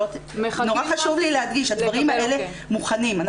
נורא חשוב לי להדגיש, הדברים האלה מוכנים.